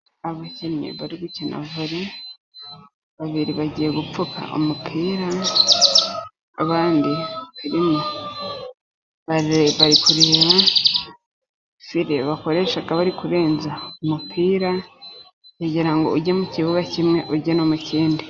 Abakinnyi bari gukina volley babiri bapfu umupi abandi barikureba fire barenza umupira uva mu kibuga kimwe ujye no mu kindi.